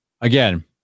again